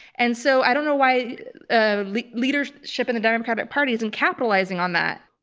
and so i don't know why ah like leadership in the democratic party isn't capitalizing on that.